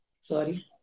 sorry